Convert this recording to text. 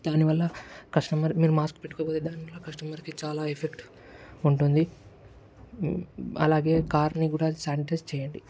దానివల్ల కస్టమర్ మీరు మాస్క్ పెట్టుకోపోతే దానివల్ల కస్టమర్కి చాలా ఎఫెక్ట్ ఉంటుంది అలాగే కార్ని గూడా శానిటైజ్ చెయ్యండి